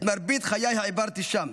את מרבית חיי העברתי שם.